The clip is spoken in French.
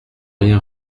rien